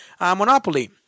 Monopoly